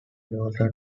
daughter